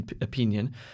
opinion